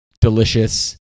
delicious